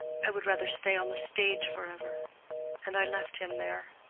i would rather stay on the stage forever and i left him there.